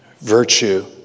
virtue